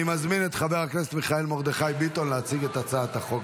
אני מזמין את חבר הכנסת מיכאל מרדכי ביטון להציג את הצעת החוק,